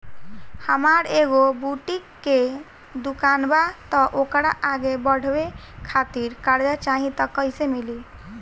हमार एगो बुटीक के दुकानबा त ओकरा आगे बढ़वे खातिर कर्जा चाहि त कइसे मिली?